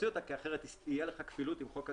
אותה כי אחרת תהיה לך כפילות עם חוק הגפ"ם.